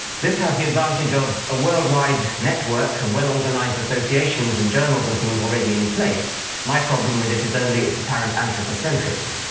this has the advantage of a worldwide network of well-organized associations and journals and things already in place. my problem with it is only its apparent anthropocentrism.